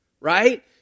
right